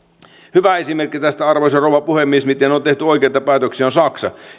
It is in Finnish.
hyvä esimerkki tästä arvoisa rouva puhemies miten on tehty oikeita päätöksiä on saksa